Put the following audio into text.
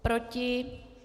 Proti?